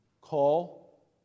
Call